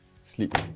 sleep